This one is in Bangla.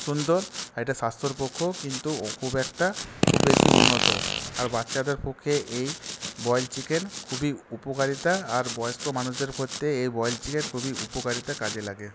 সুন্দর আর এটা স্বাস্থ্যের পক্ষেও কিন্তু খুব একটা খুব বেশি উন্নত আর বাচ্চাদের পক্ষে এই বয়েলড চিকেন খুবই উপকারিতা আর বয়স্ক মানুষদের মধ্যে এই বয়েলড চিকেন খুবই উপকারিতা কাজে লাগে